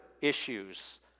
issues